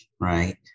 right